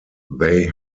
they